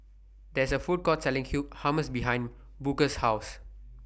There IS A Food Court Selling Hummus behind Booker's House